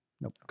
Nope